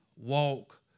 walk